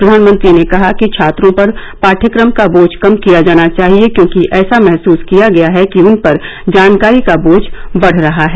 प्रधानमंत्री ने कहा कि छात्रों पर पाठ्यक्रम का बोझ कम किया जाना चाहिए क्योंकि ऐसा महसुस किया गया है कि उन पर जानकारी का बोझ बढ रहा है